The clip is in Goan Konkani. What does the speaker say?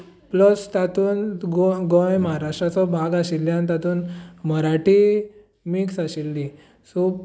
प प्लस तातूंत गो गोंय महाराष्ट्राचो भाग आशिल्ल्या तातूंत मराठी मिक्स आशिल्ली सो